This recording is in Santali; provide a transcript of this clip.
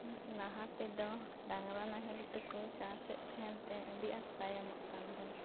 ᱞᱟᱦᱟ ᱛᱮᱫᱚ ᱰᱟᱝᱨᱟ ᱱᱟᱦᱮᱞ ᱛᱮᱫᱚ ᱪᱟᱥᱮᱫ ᱛᱟᱦᱮᱸᱫ ᱛᱮ ᱟᱰᱤ ᱟᱸᱴ ᱛᱟᱭᱚᱢᱚᱜ ᱠᱟᱱ ᱛᱟᱦᱮᱸᱫᱼᱟ